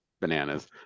bananas